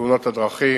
תאונות הדרכים,